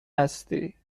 هستی